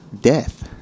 death